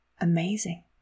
amazing